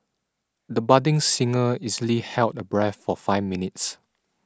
the budding singer easily held her breath for five minutes